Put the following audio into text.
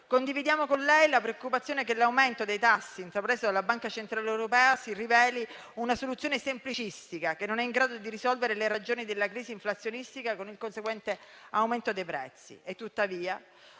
Condividiamo con lei la preoccupazione che l'aumento dei tassi, intrapreso dalla Banca centrale europea, si riveli una soluzione semplicistica, che non è in grado di risolvere le ragioni della crisi inflazionistica, con il conseguente aumento dei prezzi.